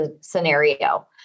scenario